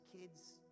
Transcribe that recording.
kids